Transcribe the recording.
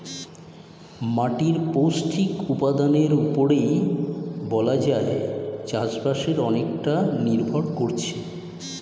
মাটির পৌষ্টিক উপাদানের উপরেই বলা যায় চাষবাসের অর্ধেকটা নির্ভর করছে